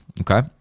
Okay